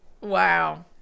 Wow